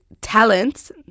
talents